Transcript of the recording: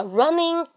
running